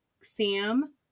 Sam